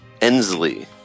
Ensley